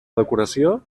decoració